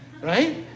right